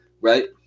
right